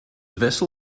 vessel